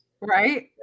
Right